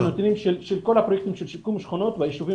אנחנו נבקש את הנתונים של שיקום שכונות בישובים